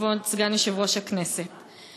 כבוד סגן יושב-ראש הכנסת,